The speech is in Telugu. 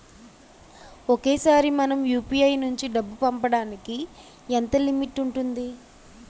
ఒకేసారి మనం యు.పి.ఐ నుంచి డబ్బు పంపడానికి ఎంత లిమిట్ ఉంటుంది?